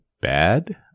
bad